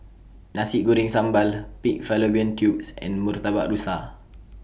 Nasi Goreng Sambal Pig Fallopian Tubes and Murtabak Rusa